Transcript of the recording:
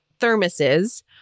thermoses